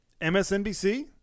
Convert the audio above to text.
MSNBC